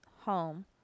home